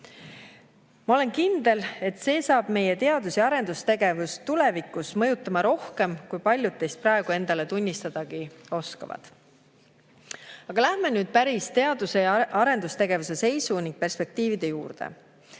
Ma olen kindel, et see saab meie teadus- ja arendustegevust tulevikus mõjutama rohkem, kui paljud teist praegu endale tunnistada oskavad. Aga lähme nüüd päris teadus- ja arendustegevuse seisu ning perspektiivide juurde.